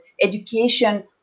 education